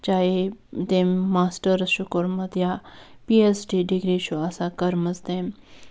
چاہے تٔمۍ ماسٹٲرٕس چھُ کوٚرمُت یا پی ایچ ڈی ڈگری چھُ آسان کٔرمٕژ تٔمۍ